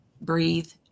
breathe